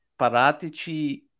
Paratici